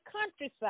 countryside